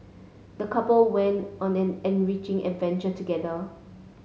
the couple went on an enriching adventure together